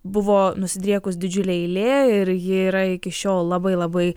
buvo nusidriekus didžiulė eilė ir ji yra iki šiol labai labai